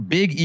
Big